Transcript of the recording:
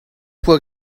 poa